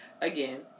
again